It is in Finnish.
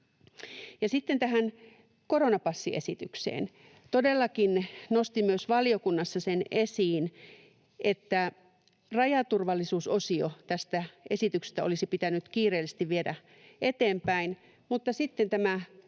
Sitten tähän koronapassiesitykseen. Todellakin nostin myös valiokunnassa esiin sen, että rajaturvallisuusosio tästä esityksestä olisi pitänyt kiireellisesti viedä eteenpäin, mutta sitten tälle